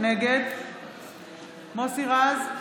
נגד מוסי רז,